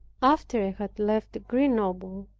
after i had left grenoble,